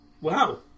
Wow